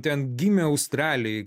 ten gimė australijoj